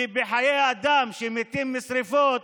כי בחיי אדם שמתים משרפות